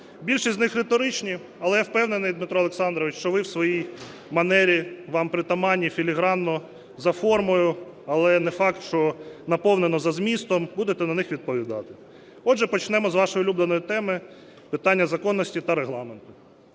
Більшість із них риторичні, але я впевнений, Дмитро Олександрович, що ви у своїй манері вам притаманній, філігранно, за формою, але не факт, що наповнено за змістом, будете на них відповідати. Отже, почнемо з вашої улюбленої теми – питання законності та Регламенту.